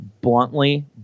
Bluntly